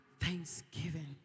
thanksgiving